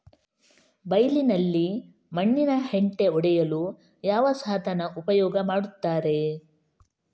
ಬೈಲಿನಲ್ಲಿ ಮಣ್ಣಿನ ಹೆಂಟೆ ಒಡೆಯಲು ಯಾವ ಸಾಧನ ಉಪಯೋಗ ಮಾಡುತ್ತಾರೆ?